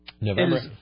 November